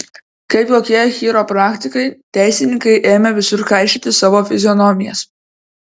kaip kokie chiropraktikai teisininkai ėmė visur kaišioti savo fizionomijas